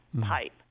pipe